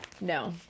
no